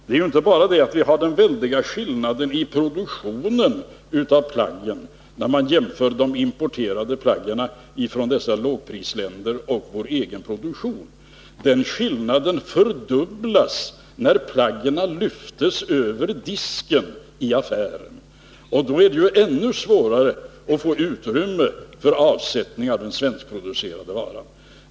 Vi har inte bara den väldiga skillnaden i proportion mellan de importerade plaggen från dessa lågprisländer och vår egen produktion. Den skillnaden fördubblas när plaggen lyfts över disken i affären. Under sådana förhållanden är det ännu svårare att få utrymme för avsättning av den svenskproducerade varan.